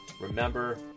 Remember